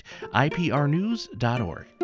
iprnews.org